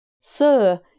Sir